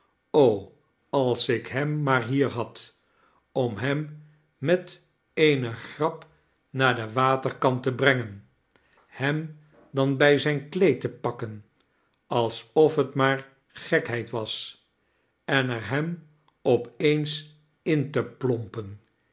als ik hem maar hier had om hem met eene grap naar den waterkant te brengen hem dan bij zijn kleed te pakken alsof het maar gekheid was en er hem op eens in te plompen